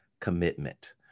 Commitment